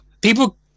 People